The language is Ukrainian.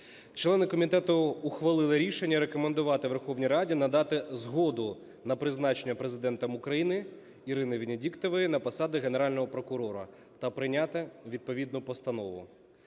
Члени комітету ухвалили рішення рекомендувати Верховній Раді надати згоду на призначення Президентом України Ірини Венедиктової на посаду Генерального прокурора та прийняти відповідну постанову.